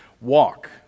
walk